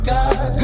God